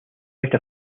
write